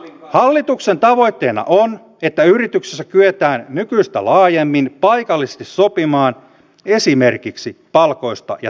hallituksen tavoitteena on että yrityksissä kyetään nykyistä laajemmin paikallisesti sopimaan esimerkiksi palkoista ja työajoista